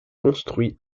construit